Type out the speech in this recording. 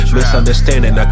Misunderstanding